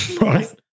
right